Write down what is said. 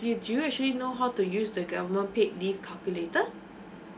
do you actually know how to use the government paid leave calculator